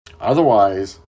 otherwise